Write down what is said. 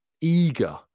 eager